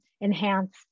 enhance